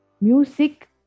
Music